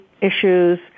issues